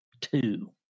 two